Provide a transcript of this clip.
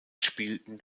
spielten